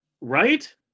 Right